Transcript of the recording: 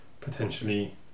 potentially